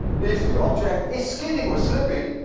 if the object is skidding or slipping,